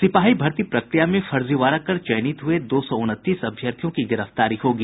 सिपाही भर्ती प्रक्रिया में फर्जीवाड़ा कर चयनित हुये दो सौ उनतीस अभ्यर्थियों की गिरफ्तारी होगी